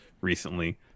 recently